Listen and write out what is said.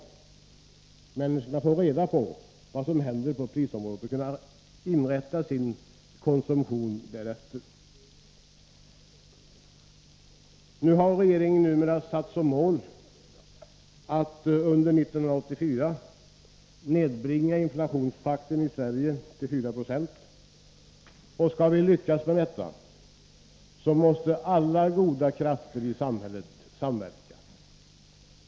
Nämnden skall alltså verka för att människorna får reda på vad som händer på det här området, så att de kan inrätta sin konsumtion därefter. Regeringen har numera satt upp som mål att under 1984 nedbringa inflationstakten i Sverige till 4 20. Om vi skall lyckas med detta, måste alla goda krafter i samhället samverka.